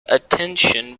attention